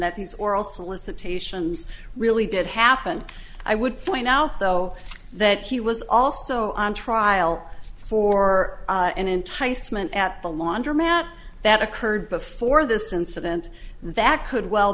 that these oral solicitations really did happen i would point out though that he was also on trial for an enticement at the laundromat that occurred before this incident that could well